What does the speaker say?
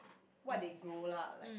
what they grow lah like